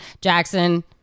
Jackson